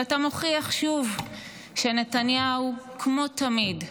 ואתה מוכיח שוב שנתניהו, כמו תמיד,